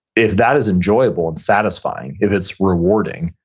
if that is enjoyable and satisfying, if it's rewarding,